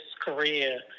career